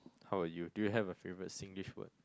how about you do you have a favourite Singlish word